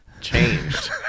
changed